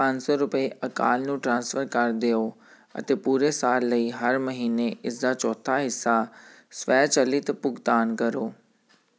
ਪੰਜ ਸੌ ਰੁਪਏ ਅਕਾਲ ਨੂੰ ਟ੍ਰਾਂਸਫਰ ਕਰ ਦਿਓ ਅਤੇ ਪੂਰੇ ਸਾਲ ਲਈ ਹਰ ਮਹੀਨੇ ਇਸਦਾ ਚੌਥਾ ਹਿੱਸਾ ਸਵੈਚਲਿਤ ਭੁਗਤਾਨ ਕਰੋ